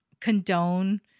condone